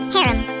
Harem